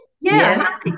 Yes